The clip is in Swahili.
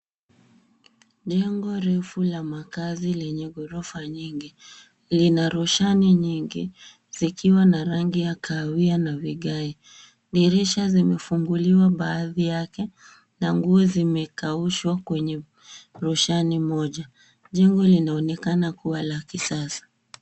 Jengo refu la makazi lenye ghorofa nyingi. Lina roshani nyingi likiwa na rangi ya kahawia na vigae. Dirisha zimefunguliwa baadhi yake na nguo zimekaushwa kwenye roshani moja. Jengo linaonekana kuwa la kisasa.